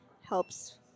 helps